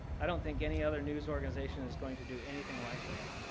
i don't think any other news organization is going to do anything like that.